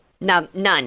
None